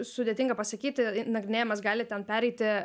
sudėtinga pasakyti nagrinėjamas gali ten pereiti